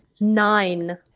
Nine